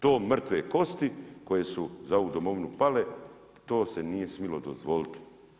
To mrtve kosti koje su za ovu Domovinu pale, to se nije smilo dozvoliti.